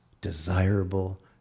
desirable